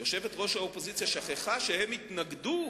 יושבת-ראש האופוזיציה שכחה שהם התנגדו